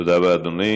לאיזו ועדה זה הולך?